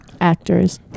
Actors